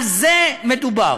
על זה מדובר.